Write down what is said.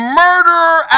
murderer